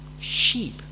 sheep